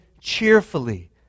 cheerfully